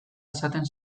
esaten